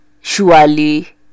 surely